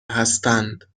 هستند